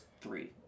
three